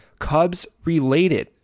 CUBSRELATED